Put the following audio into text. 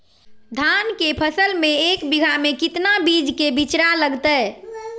धान के फसल में एक बीघा में कितना बीज के बिचड़ा लगतय?